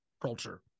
culture